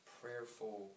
prayerful